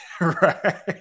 Right